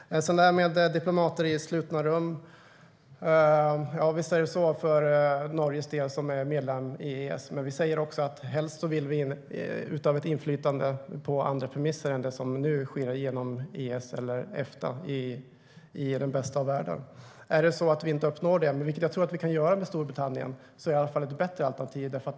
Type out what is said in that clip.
Det talas om diplomater i slutna rum. Visst är det så för Norge, som är medlem i EES. Men vi säger också att vi i den bästa av världar helst vill utöva ett annat inflytande på andra premisser än sådant som nu sker genom i EES eller Efta. Om vi inte uppnår det - vilket jag tror att vi kan göra med Storbritannien - är det i alla fall ett bättre alternativ.